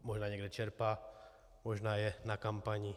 Možná někde čerpá, možná je na kampani.